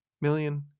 million